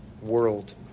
world